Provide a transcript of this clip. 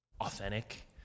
authentic